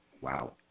Wow